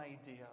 idea